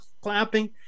clapping